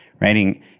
writing